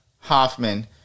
Hoffman